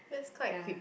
that's quite creepsy